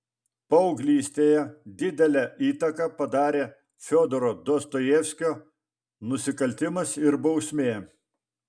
paauglystėje didelę įtaką padarė fiodoro dostojevskio nusikaltimas ir bausmė